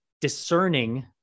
discerning